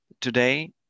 Today